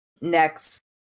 next